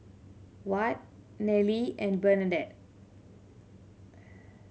Ward Nelly and Bernadette